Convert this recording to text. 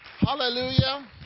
Hallelujah